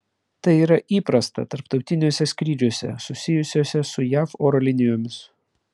tai yra įprasta tarptautiniuose skrydžiuose susijusiuose su jav oro linijomis